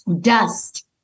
dust